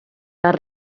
les